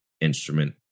instrument